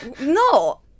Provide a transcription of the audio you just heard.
No